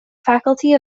faculty